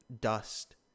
dust